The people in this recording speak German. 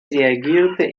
reagierte